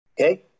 Okay